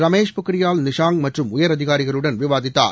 ரமேஷ் பொக்ரியால் நிஷாங் மற்றும் உயர் அதிகாரிகளுடன் விவாதித்தார்